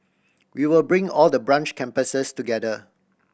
we will bring all the branch campuses together